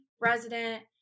resident